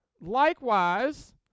Likewise